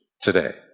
today